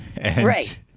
Right